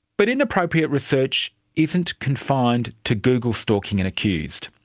but inappropriate research isn't confined to google-stalking an accused.